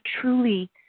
truly